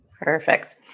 Perfect